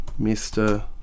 Mr